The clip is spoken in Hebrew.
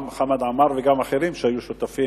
גם של חמד עמאר וגם של אחרים שהיו שותפים,